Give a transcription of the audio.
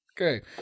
Okay